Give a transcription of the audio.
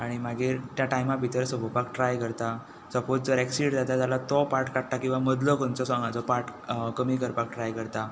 आनी मागीर त्या टायमा भितर सोंपोवपाक ट्राय करता सपोज जर एक्सीड जाता जाल्यार तो पार्ट काडटा किंवा मदीं मदलो खंयचो सोंगांचो पार्ट कमी करपाक ट्राय करता